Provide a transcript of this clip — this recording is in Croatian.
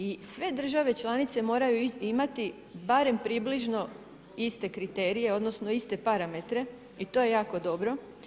I sve države članice moraju imati barem približno iste kriterije, odnosno, iste parametre i to je jako dobro.